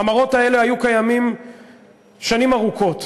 המראות האלה היו קיימים שנים ארוכות,